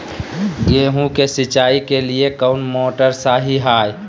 गेंहू के सिंचाई के लिए कौन मोटर शाही हाय?